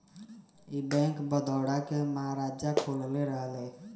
ई बैंक, बड़ौदा के महाराजा खोलले रहले